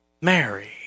Mary